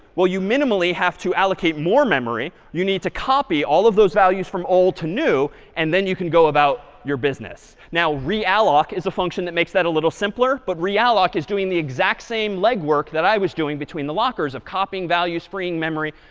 well, you minimally have to allocate more memory. you need to copy all of those values from old to new. and then you can go about your business. now, realloc is a function that makes that a little simpler. but realloc is doing the exact same legwork that i was doing between the lockers of copying value, freeing memory,